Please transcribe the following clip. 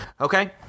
okay